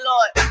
Lord